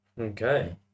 Okay